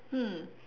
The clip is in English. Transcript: hmm